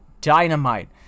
Dynamite